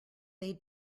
they